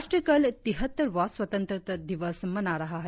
राष्ट्र कल तिहत्तरवां स्वंत्रता दिवस मना रहा है